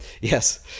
yes